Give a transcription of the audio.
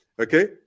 Okay